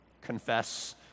confess